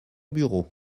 bureau